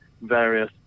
various